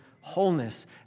wholeness